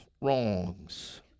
wrongs